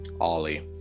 Ollie